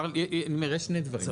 נראה שני דברים.